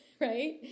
right